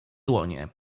dłonie